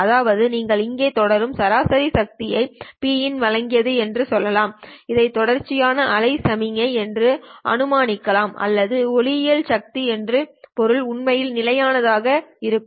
அதாவது நீங்கள் இங்கே தொடங்கும் சராசரி சக்தி Pin வழங்கியது என்று சொல்லலாம் இதை தொடர்ச்சியான அலை சமிக்ஞை̇ என்று அனுமானிக்கலாம் அல்லது ஒளியியல் சக்தி என்று பொருள் உண்மையில் நிலையான ஆக இருக்கும்